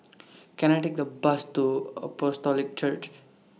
Can I Take A Bus to Apostolic Church